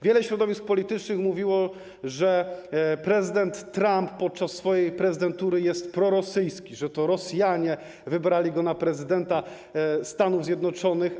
Wiele środowisk politycznych mówiło, że prezydent Trump podczas swojej prezydentury jest prorosyjski, że to Rosjanie wybrali go na prezydenta Stanów Zjednoczonych.